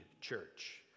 church